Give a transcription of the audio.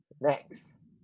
Next